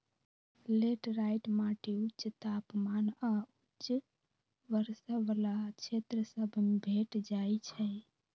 laterite माटि उच्च तापमान आऽ उच्च वर्षा वला क्षेत्र सभ में भेंट जाइ छै